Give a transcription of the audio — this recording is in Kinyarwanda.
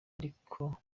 ariko